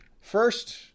first